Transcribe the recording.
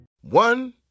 One